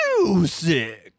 music